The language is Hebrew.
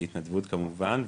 בהתנדבות כמובן,